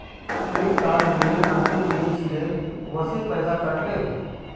credit card बिलेर अंतिम दिन छिले वसे पैसा कट ले